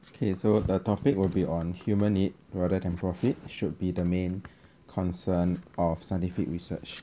okay so the topic will be on human need rather than profits should be the main concern of scientific research